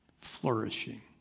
flourishing—